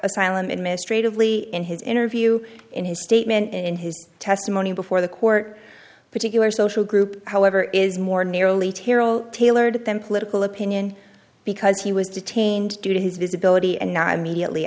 asylum in mistreated lee in his interview in his statement in his testimony before the court particular social group however is more narrowly terrill tailored then political opinion because he was detained due to his visibility and not immediately